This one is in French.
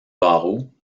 barreaux